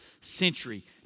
century